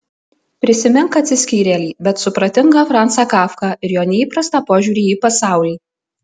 prisimink atsiskyrėlį bet supratingą francą kafką ir jo neįprastą požiūrį į pasaulį